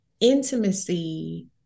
intimacy